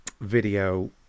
video